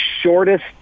shortest